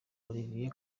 olivier